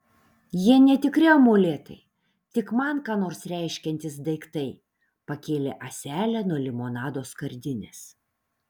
jie netikri amuletai tik man ką nors reiškiantys daiktai pakėlė ąselę nuo limonado skardinės